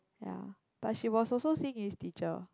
ya but she was also Xin Yi's teacher